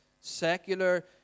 secular